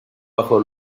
bajo